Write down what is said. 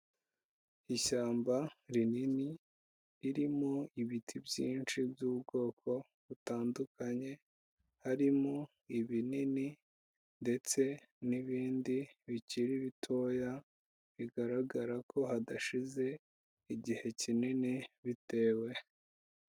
Ishyamba rinini, ririmo ibiti byinshi by'ubwoko butandukanye, harimo ibinini ndetse n'ibindi bikiri bitoya, bigaragara ko hadashize igihe kinini bitewe.